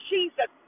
Jesus